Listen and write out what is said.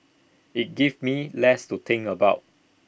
IT gives me less to think about